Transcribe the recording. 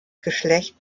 geschlecht